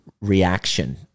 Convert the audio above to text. reaction